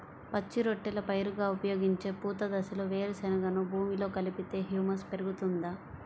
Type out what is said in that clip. పచ్చి రొట్టెల పైరుగా ఉపయోగించే పూత దశలో వేరుశెనగను భూమిలో కలిపితే హ్యూమస్ పెరుగుతుందా?